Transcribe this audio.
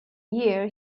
year